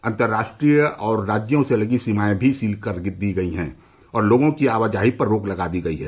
अंतर्राष्ट्रीय और अन्य राज्यों से लगी सीमाएं भी सील कर दी हैं और लोगों की आवाजाही पर रोक लगा दी गयी है